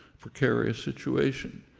precarious situation.